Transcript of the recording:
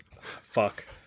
Fuck